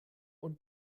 und